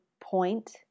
point